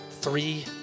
three